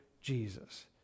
Jesus